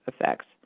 effects